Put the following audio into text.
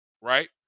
Right